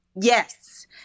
Yes